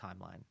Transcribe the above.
timeline